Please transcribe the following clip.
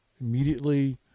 immediately